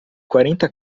quarenta